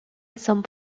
some